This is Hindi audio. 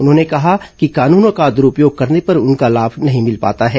उन्होंने कहा कि कानूनों का दुरूपयोग करने पर उनका लाभ नहीं मिल पाता है